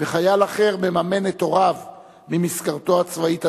וחייל אחר מממן את הוריו ממשכורתו הצבאית הדלה?